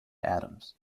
atoms